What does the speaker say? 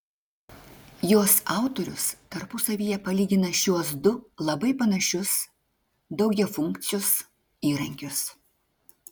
jos autorius tarpusavyje palygina šiuos du labai panašius daugiafunkcius įrankius